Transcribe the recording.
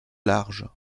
large